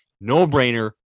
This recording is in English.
No-brainer